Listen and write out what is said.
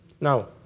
Now